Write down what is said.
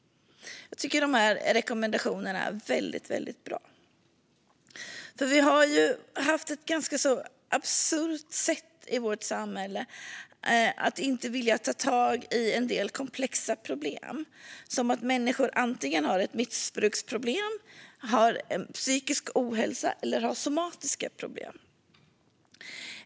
Jag tycker att dessa rekommendationer är väldigt bra. Vi har haft ett ganska absurt sätt i vårt samhälle när det gäller att inte vilja ta tag i en del komplexa problem, som om människor antingen har ett missbruksproblem, psykisk ohälsa eller somatiska problem.